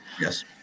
Yes